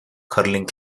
curling